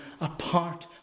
apart